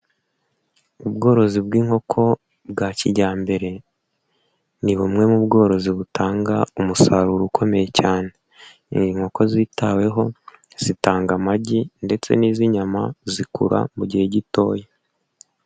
Ubworozi bw'inkoko bwa kijyambere ni bumwe mu bworozi butanga umusaruro ukomeye cyane. Inkoko zitaweho zitanga amagi ndetse n'iz'inyama zikura mu gihe gitoya.